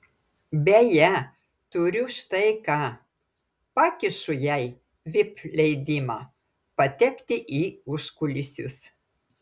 beje turiu štai ką pakišu jai vip leidimą patekti į užkulisius